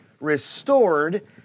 restored